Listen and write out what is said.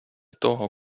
того